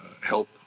help